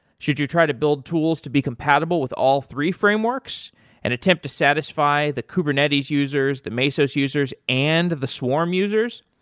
should you try to build tools to be compatible with all three frameworks in and attempt to satisfy the kubernetes users, the mesos users and the swarm users,